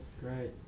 great